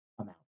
amount